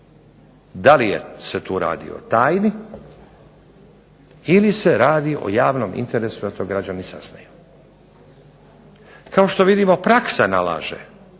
da li se tu radi o tajni ili se radi o javnom interesu da to građani saznaju. Kao što vidimo praksa nalaže,